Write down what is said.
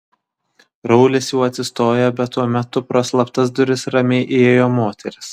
raulis jau atsistojo bet tuo metu pro slaptas duris ramiai įėjo moteris